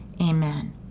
Amen